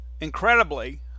Incredibly